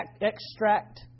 extract